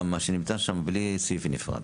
גם מה שנמצא שם בלי סעיף נפרד?